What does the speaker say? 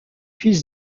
fils